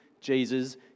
Jesus